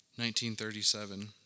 1937